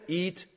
eat